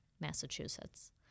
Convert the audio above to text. Massachusetts